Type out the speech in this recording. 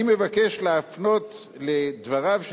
אני מבקש להפנות לדבריו של